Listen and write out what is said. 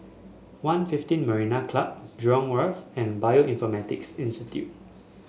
One fifteen Marina Club Jurong Wharf and Bioinformatics Institute